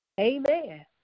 Amen